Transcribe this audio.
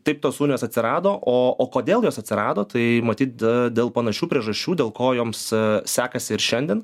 taip tos unijos atsirado o o kodėl jos atsirado tai matyt dėl panašių priežasčių dėl ko joms sekasi ir šiandien